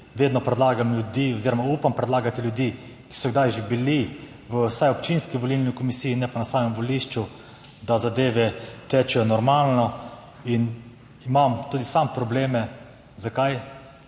vedno predlagam ljudi oziroma upam predlagati ljudi, ki so kdaj že bili vsaj v občinski volilni komisiji, ne pa na samem volišču, da zadeve tečejo normalno. In imam tudi sam probleme. Zakaj?